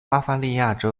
巴伐利亚州